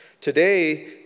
Today